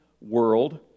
world